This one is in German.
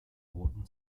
roten